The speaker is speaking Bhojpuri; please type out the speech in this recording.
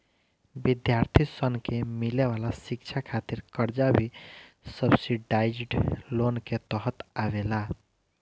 विद्यार्थी सन के मिले वाला शिक्षा खातिर कर्जा भी सब्सिडाइज्ड लोन के तहत आवेला